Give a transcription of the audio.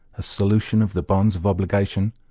a solution of the bonds of obligation,